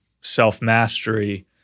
self-mastery